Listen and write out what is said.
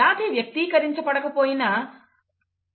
వ్యాధి వ్యక్తీకరించ పడకపోయినా